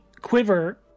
quiver